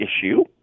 issue